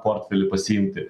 portfelį pasiimti